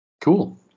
Cool